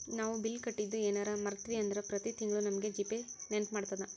ನಾವು ಬಿಲ್ ಕಟ್ಟಿದ್ದು ಯೆನರ ಮರ್ತ್ವಿ ಅಂದ್ರ ಪ್ರತಿ ತಿಂಗ್ಳು ನಮಗ ಜಿ.ಪೇ ನೆನ್ಪ್ಮಾಡ್ತದ